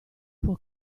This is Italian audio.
può